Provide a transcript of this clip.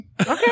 Okay